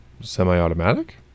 semi-automatic